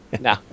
no